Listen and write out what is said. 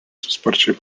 sparčiai